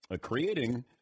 creating